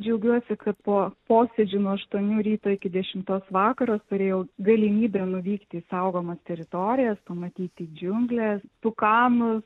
džiaugiuosi kad po posėdžių nuo aštuonių ryto iki dešimtos vakaro turėjau galimybę nuvykti į saugomas teritorijas pamatyti džiungles tukanus